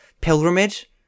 pilgrimage